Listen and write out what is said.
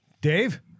Dave